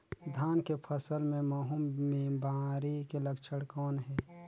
धान के फसल मे महू बिमारी के लक्षण कौन हे?